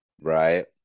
Right